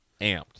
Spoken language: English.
amped